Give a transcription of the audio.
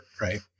Right